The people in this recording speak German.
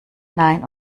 nein